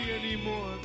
anymore